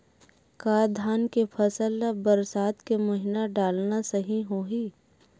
का धान के फसल ल बरसात के महिना डालना सही होही?